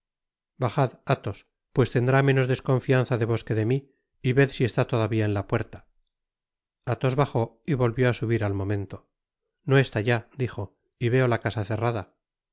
bajad athos pues tendrá menos desconfianza de vos que de mí y ved si está todavía en la puerta athos bajó y volvió á subir al momento no está ya dijo y veo la casa cerrada